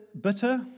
bitter